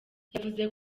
yavuze